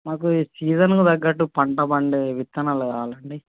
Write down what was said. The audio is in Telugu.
నాకు సీజన్కు తగ్గట్టు పంట పండే విత్తనాలు కావాలండి